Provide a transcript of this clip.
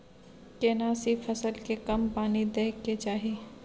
केना सी फसल के कम पानी दैय के चाही?